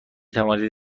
توانید